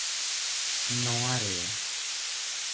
ᱱᱚᱣᱟᱨᱮ